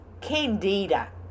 Candida